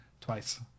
Twice